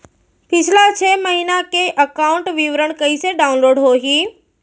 पिछला छः महीना के एकाउंट विवरण कइसे डाऊनलोड होही?